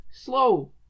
slow